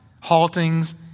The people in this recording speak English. haltings